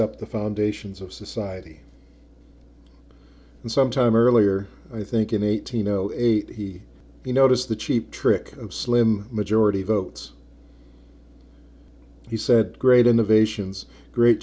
up the foundations of society and sometime earlier i think in eighteen zero eight he you noticed the cheap trick of slim majority votes he said great innovations great